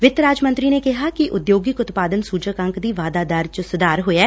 ਵਿੱਤ ਰਾਜ ਮੰਤਰੀ ਨੇ ਕਿਹਾ ਕਿ ਉਦਯੋਗਿਕ ਉਤਪਾਦਨ ਸੁਚਕ ਅੰਕ ਦਾ ਵਾਧਾ ਦਰ ਚ ਸੁਧਾਰ ਹੋਇਐ